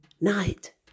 Night